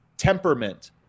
temperament